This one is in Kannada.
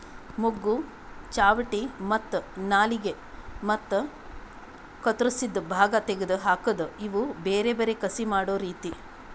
ಮೊಗ್ಗು, ಚಾವಟಿ ಮತ್ತ ನಾಲಿಗೆ ಮತ್ತ ಕತ್ತುರಸಿದ್ ಭಾಗ ತೆಗೆದ್ ಹಾಕದ್ ಇವು ಬೇರೆ ಬೇರೆ ಕಸಿ ಮಾಡೋ ರೀತಿ